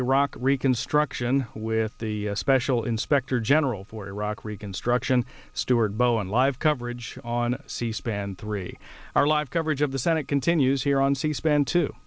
iraq reconstruction with the special inspector general for iraq reconstruction stuart bowen live coverage on c span three our live coverage of the senate continues here on c span to